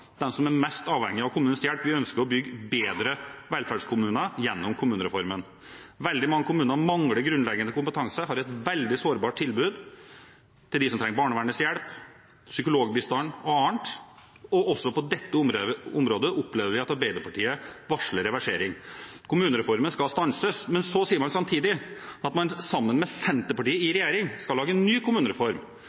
dem som er mest avhengig av kommunens hjelp. Vi ønsker å bygge bedre velferdskommuner gjennom kommunereformen. Veldig mange kommuner mangler grunnleggende kompetanse og har et veldig sårbart tilbud til dem som trenger barnevernets hjelp, psykologbistand og annet, og også på dette området opplever vi at Arbeiderpartiet varsler reversering. Kommunereformen skal stanses. Men så sier man samtidig at man sammen med Senterpartiet i regjering skal lage en ny kommunereform.